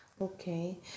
Okay